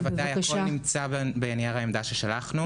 הכול נמצא בנייר העמדה ששלחנו.